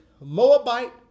Moabite